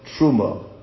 truma